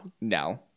No